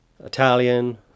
italian